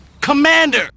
commander